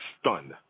stunned